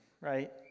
right